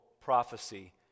prophecy